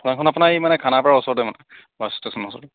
দোকানখন আপোনাৰ এই মানে খানাপাৰা ওচৰতে মানে বাছ ষ্টেচনৰ ওচৰত